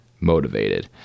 motivated